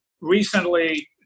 recently